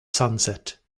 sunset